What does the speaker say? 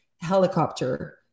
helicopter